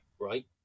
right